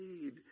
need